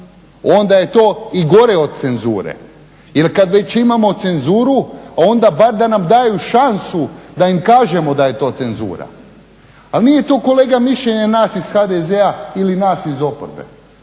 onda je to i gore od cenzure. Jer kad već imamo cenzuru onda bar da nam daju šansu da im kažemo da je to cenzura. Ali nije to kolega mišljenje nas iz HDZ-a ili nas iz oporbe.